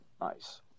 nice